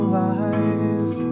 lies